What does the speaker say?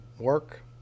work